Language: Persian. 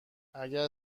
اگر